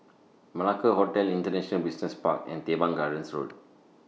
Malacca Hotel International Business Park and Teban Gardens Road